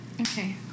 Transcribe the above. Okay